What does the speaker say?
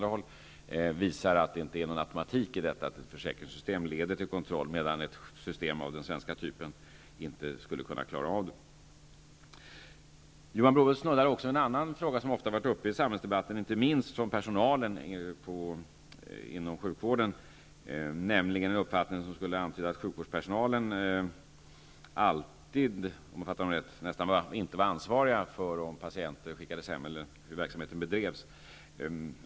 De exemplen visar att det inte är någon automatik i detta, att ett försäkringssystem skulle leda till kontroll, medan ett system av den svenska typen inte skulle kunna klara av detta. Johan Brohult snuddar också vid en annan fråga som ofta har varit uppe i samhällsdebatten, inte minst hos personalen inom sjukvården. Det gäller uppfattningen att sjukvårdspersonalen inte alltid skulle vara ansvarig för om patienter skickas hem eller hur verksamheten bedrivs.